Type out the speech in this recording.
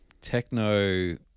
Techno